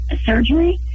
surgery